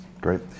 Great